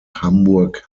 hamburg